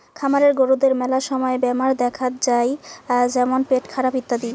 খামারের গরুদের মেলা সময় বেমার দেখাত যাই যেমন পেটখারাপ ইত্যাদি